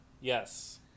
Yes